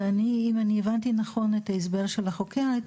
ואני אם אני הבנתי נכון את ההסבר של החוקרת,